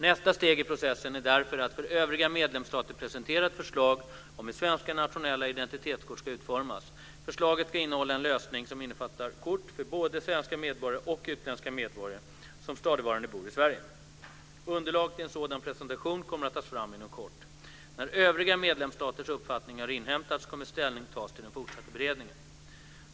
Nästa steg i processen är därför att för övriga medlemsstater presentera ett förslag om hur svenska nationella identitetskort ska utformas. Förslaget ska innehålla en lösning som innefattar kort för både svenska medborgare och utländska medborgare som stadigvarande bor i Sverige. Underlag till en sådan presentation kommer att tas fram inom kort. När övriga medlemsstaters uppfattning har inhämtats kommer ställning tas till den fortsatta beredningen.